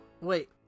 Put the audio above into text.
Wait